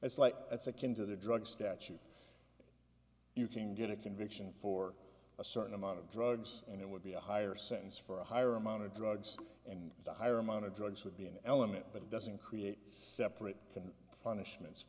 it's like it's akin to the drug statute you can get a conviction for a certain amount of drugs and it would be a higher sentence for a higher amount of drugs and the higher amount of drugs would be an element but it doesn't create separate can punishments